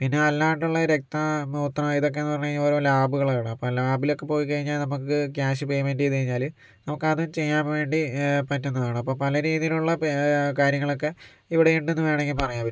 പിന്നെ അല്ലാണ്ടുള്ള രക്തം മൂത്രം ഇതൊക്കെന്നു പറഞ്ഞു കഴിഞ്ഞാൽ ഓരോ ലാബുകളാണ് അപ്പ ലാബിലൊക്കെ പോയി കഴിഞ്ഞാൽ നമുക്ക് ക്യാഷ് പേയ്മെൻ്റ് ചെയ്തു കഴിഞ്ഞാല് നമുക്ക് അത് ചെയ്യാൻ വേണ്ടി പറ്റുന്നതാണ് അപ്പോൾ പല രീതിലുള്ള കാര്യങ്ങളൊക്കെ ഇവിടെയിണ്ടെന്നു വേണമെങ്കിൽ പറയാൻ പറ്റും